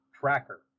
tracker